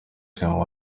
clement